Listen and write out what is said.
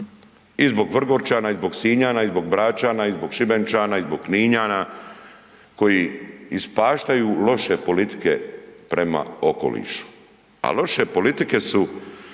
I zbog Vrgorčana i zbog Sinjana i zbog Bračana i zbog Šibenčana i zbog Kninjana koji ispaštaju loše politike prema okolišu. A loše politike su